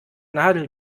nadel